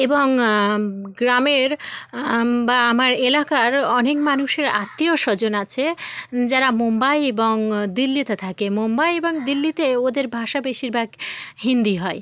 এবং গ্রামের বা আমার এলাকার অনেক মানুষের আত্মীয় স্বজন আছে যারা মুম্বাই এবং দিল্লিতে থাকে মুম্বাই এবং দিল্লিতে ওদের ভাষা বেশির ভাগ হিন্দিই হয়